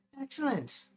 Excellent